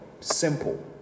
Simple